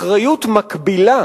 אחריות מקבילה